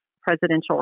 presidential